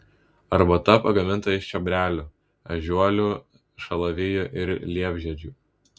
arbata pagaminta iš čiobrelių ežiuolių šalavijų ir liepžiedžių